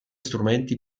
strumenti